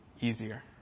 easier